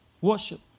Worship